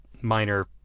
minor